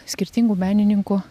skirtingų menininkų